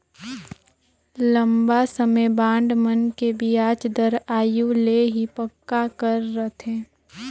लंबा समे बांड मन के बियाज दर आघु ले ही पक्का कर रथें